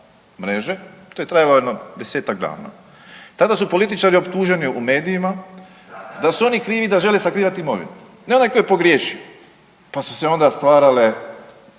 mreže. To je trajalo jedno 10-tak dana. Tada su političari optuženi u medijima da su oni krivi da žele sakrivati imovinu, ne onaj tko je pogriješio. Pa su se onda stvarale